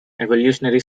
evolutionary